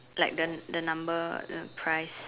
like the the number the price